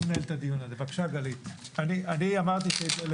אני מנהל את הדיון הזה.